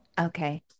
Okay